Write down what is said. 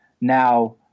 Now